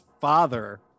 father